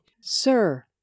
Sir